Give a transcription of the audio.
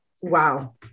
Wow